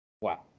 Wow